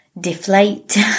deflate